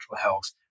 health